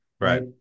Right